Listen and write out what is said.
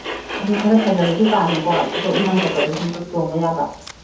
ꯑꯗꯨ ꯈꯔ ꯐꯖꯕꯗꯤ ꯄꯥꯝꯃꯦꯀꯣ ꯑꯩꯈꯣꯏ ꯏꯝꯐꯥꯟ ꯆꯠꯄꯗꯁꯨ ꯑꯗꯨꯝ ꯇꯣꯡꯕ ꯌꯥꯕ